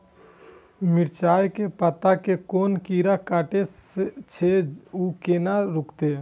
मिरचाय के पत्ता के कोन कीरा कटे छे ऊ केना रुकते?